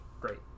great